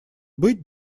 быть